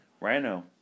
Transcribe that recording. Rhino